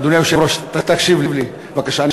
אדוני היושב-ראש, רק תקשיב לי, בבקשה.